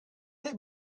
let